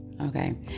Okay